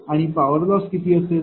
आणि power loss किती असेल